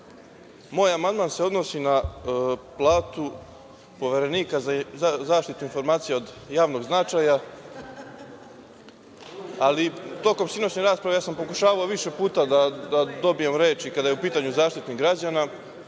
amandman se odnosi na platu Poverenika za zaštitu informacija od javnog značaja. Tokom sinoćne rasprave ja sam pokušavao više puta da dobijem reč i kada je u pitanju Zaštitnik građana,